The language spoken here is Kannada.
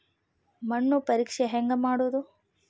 ಮಣ್ಣು ಪರೇಕ್ಷೆ ಹೆಂಗ್ ಮಾಡೋದು?